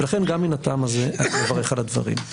לכן גם מן הטעם הזה, אני מברך על הדברים.